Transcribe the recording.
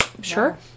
Sure